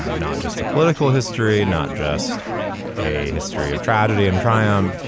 um not just a political history, not just a history of tragedy and triumph.